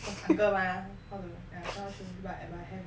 cause uncle mah how to yeah cannot show you but I might have eh